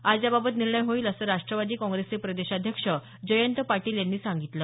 आज याबाबत निर्णय होईल असं राष्ट्रवादी काँग्रेसचे प्रदेशाध्यक्ष जयंत पाटील यांनी सांगितलं